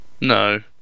No